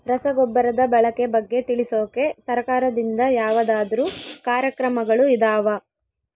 ರಸಗೊಬ್ಬರದ ಬಳಕೆ ಬಗ್ಗೆ ತಿಳಿಸೊಕೆ ಸರಕಾರದಿಂದ ಯಾವದಾದ್ರು ಕಾರ್ಯಕ್ರಮಗಳು ಇದಾವ?